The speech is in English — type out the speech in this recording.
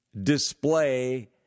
display